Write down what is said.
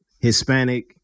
Hispanic